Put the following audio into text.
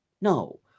No